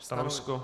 Stanovisko?